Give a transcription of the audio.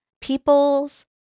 People's